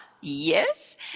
yes